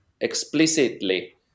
explicitly